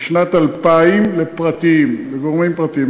בשנת 2000 לגורמים פרטיים.